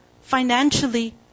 financially